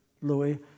Louis